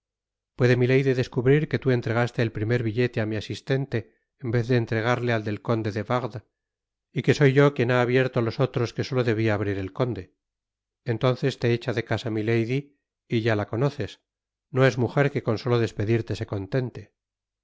puede milady descubrir que tú entregaste el primer billete á mi asistente en vez de entregarle al del conde de wardes y que soy yo quien ha abierto los otros que solo debia abrir el conde entonces le echa de casa milady y ya la conoces no es mujer que con solo despedirte se contente ay